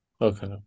Okay